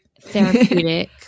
therapeutic